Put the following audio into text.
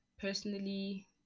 Personally